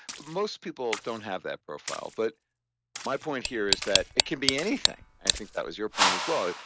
most people don't have that profile, but my point here is that it can be anything. i think that was your point as well.